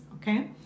okay